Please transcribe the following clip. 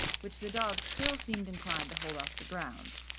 which the dog still seemed inclined to hold off the ground.